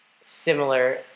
similar